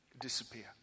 disappear